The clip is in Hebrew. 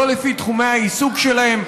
לא לפי תחומי העיסוק שלהן,